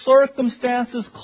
circumstances